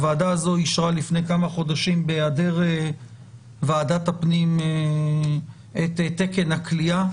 הוועדה הזו אישרה לפני כמה חודשים בהעדר ועדת הפנים את תקן הכליאה.